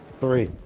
three